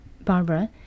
Barbara